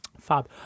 Fab